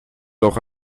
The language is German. doch